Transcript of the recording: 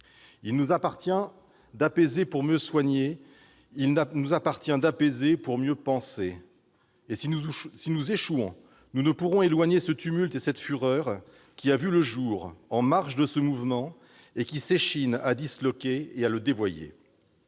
Il nous appartient d'apaiser pour mieux soigner. Il nous appartient d'apaiser pour mieux panser. Si nous échouons, nous ne pourrons éloigner le tumulte et la fureur qui ont vu le jour en marge de ce mouvement et qui s'échinent à le disloquer et à le dévoyer.